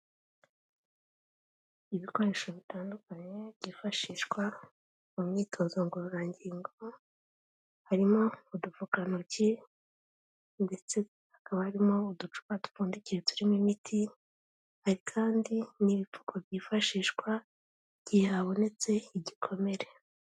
Ibikoresho bitandukanye byifashishwa mu myitozo ngororangingo, harimo udupfukantoki ndetse hakaba harimo uducupa dupfundikira turimo imiti, hari kandi n'ibipfuko byifashishwa igihe habonetse igikomere.